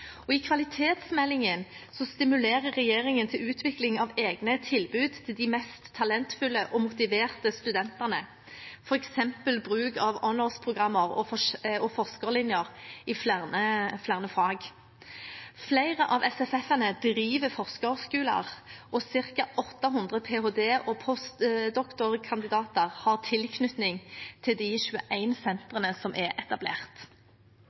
og i kvalitetsmeldingen stimulerer regjeringen til utvikling av egne tilbud til de mest talentfulle og motiverte studentene, f.eks. bruk av honours-programmer og forskerlinjer i flere fag. Flere av SFF-ene driver forskerskoler, og ca. 800 ph.d.- og post doc.-kandidater har tilknytning til de 21 sentrene som er etablert.